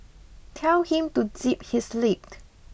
tell him to zip his lip